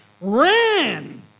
ran